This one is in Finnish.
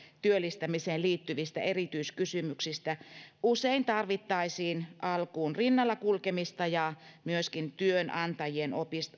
työllistämiseen liittyvistä erityiskysymyksistä usein tarvittaisiin alkuun rinnalla kulkemista ja myöskin työnantajien